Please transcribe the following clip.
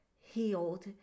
healed